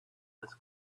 this